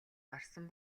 гарсан